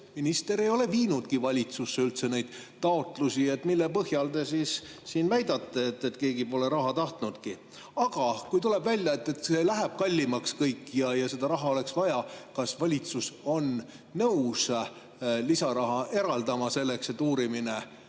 minister ei ole viinudki valitsusse neid taotlusi. Mille põhjal te siis väidate, et keegi pole raha tahtnudki? Kui tuleb välja, et kõik läheb kallimaks ja seda raha oleks siiski vaja, siis kas valitsus on nõus lisaraha eraldama selleks, et uurimine lõpule